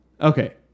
Okay